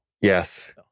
Yes